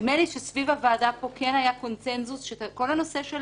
נדמה לי שסביב הוועדה פה כן היה קונצנזוס שכל הנושא של